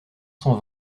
cent